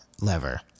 lever